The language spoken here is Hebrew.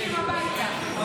זה לא מתאים, לא,